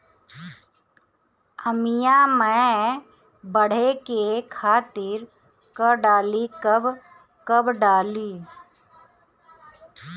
आमिया मैं बढ़े के खातिर का डाली कब कब डाली?